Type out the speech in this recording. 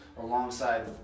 alongside